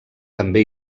també